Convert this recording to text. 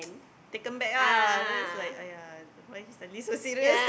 taken back ah then it's like !aiyah! why he suddenly so serious